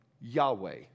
Yahweh